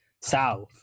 South